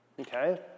Okay